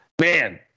Man